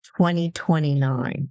2029